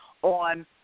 on